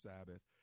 Sabbath